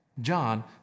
John